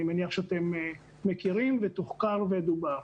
אני מניח שאתם מכירים ותוחקר ודובר.